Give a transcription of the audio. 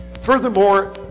Furthermore